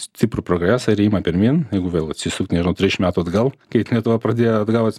stiprų progresą ir ėjimą pirmyn jeigu vėl atsisukt nežinau trisdešimt metų atgal kai lietuva pradėjo atgaut